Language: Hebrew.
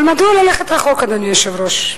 אבל מדוע ללכת רחוק, אדוני היושב-ראש?